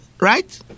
right